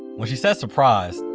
when she said surprise,